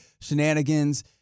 shenanigans